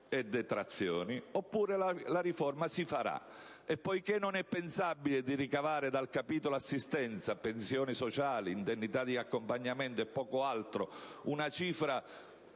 e detrazioni), oppure la riforma si farà; poiché non è pensabile di ricavare dal capitolo assistenza (pensioni sociali, indennità di accompagnamento e poco altro) una cifra